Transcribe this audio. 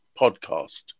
podcast